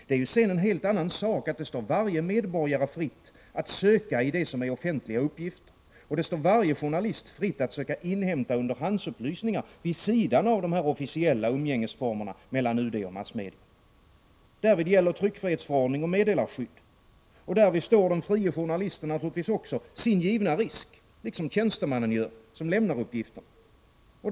Det är sedan en helt annan sak att det står varje medborgare fritt att söka i det som är offentliga uppgifter, och att det står varje journalist fritt att försöka inhämta underhandsuppgifter vid sidan av de här officiella umgängesformerna mellan UD och massmedia. Därvid gäller tryckfrihetsförordning och meddelarskydd. Och därvid står den frie journalisten naturligtvis sin givna risk, liksom tjänstemannen som lämnar uppgiften gör.